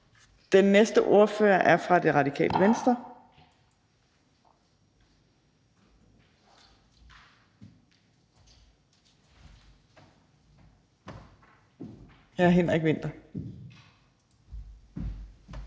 Den næste ordfører er fra Radikale Venstre. Hr. Henrik Vinther.